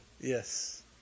Yes